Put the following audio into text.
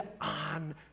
on